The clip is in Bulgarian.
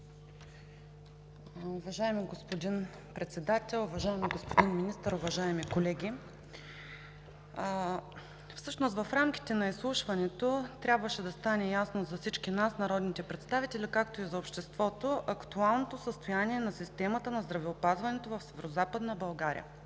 Уважаеми господин Председател, уважаеми господин Министър, уважаеми колеги! Всъщност в рамките на изслушването трябваше да стане ясно за всички нас, народните представители, както и за обществото, актуалното състояние на системата на здравеопазването в Северозападна България.